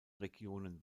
regionen